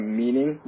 meaning